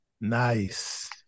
Nice